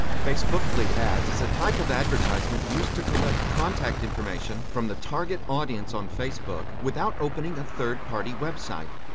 facebook lead ads is a type of advertisement used to collect contact information from the target audience on facebook without opening a third-party website.